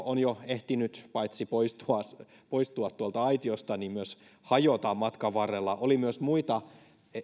on jo ehtinyt paitsi poistua poistua tuolta aitiosta myös hajota matkan varrella oli myös muita